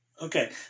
Okay